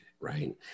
Right